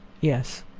yes,